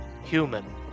Human